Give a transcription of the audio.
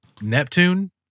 Neptune